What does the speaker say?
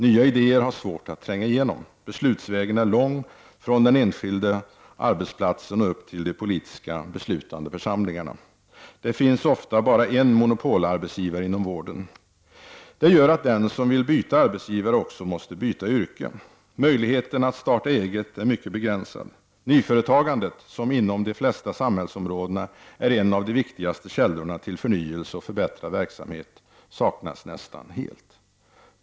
Nya idéer har svårt att tränga igenom. Beslutsvägen är lång, från den enskilda arbetsplatsen och upp till de politiska beslutande församlingarna. Det finns ofta bara en monopolarbetsgivare inom vården. Det gör att den som vill byta arbetsgivare också måste byta yrke. Möjligheten att starta eget är mycket begränsad. Nyföretagandet, som inom de flesta samhällsområdena är en av de viktigaste källorna till förnyelse och förbättrad verksamhet, saknas nästan helt.